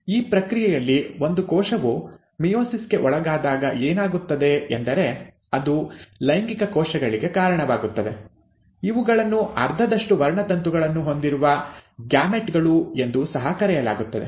ಈ ಪ್ರಕ್ರಿಯೆಯಲ್ಲಿ ಒಂದು ಕೋಶವು ಮಿಯೋಸಿಸ್ ಗೆ ಒಳಗಾದಾಗ ಏನಾಗುತ್ತದೆ ಎಂದರೆ ಅದು ಲೈಂಗಿಕ ಕೋಶಗಳಿಗೆ ಕಾರಣವಾಗುತ್ತದೆ ಇವುಗಳನ್ನು ಅರ್ಧದಷ್ಟು ವರ್ಣತಂತುಗಳನ್ನು ಹೊಂದಿರುವ ಗ್ಯಾಮೆಟ್ ಗಳು ಎಂದೂ ಸಹ ಕರೆಯುತ್ತಾರೆ